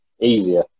easier